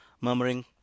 murmuring